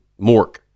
Mork